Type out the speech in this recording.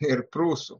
ir prūsų